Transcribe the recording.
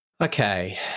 Okay